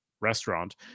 restaurant